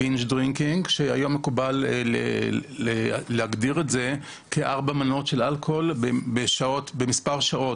היום מקובל להגדיר את זה כ-4 מנות של אלכוהול במספר שעות.